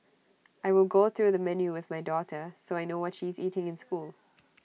I will go through the menu with my daughter so I know what she is eating in school